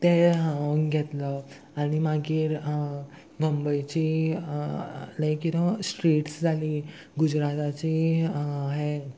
ते हांव घेतलो आनी मागीर मुंबयची लायक यो स्ट्रेट्स जाली गुजराताची हे